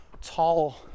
tall